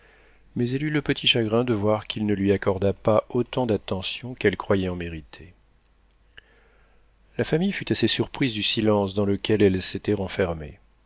mais elle eut le petit chagrin de voir qu'il ne lui accorda pas autant d'attention qu'elle croyait en mériter la famille fut assez surprise du silence dans lequel elle s'était renfermée